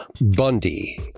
Bundy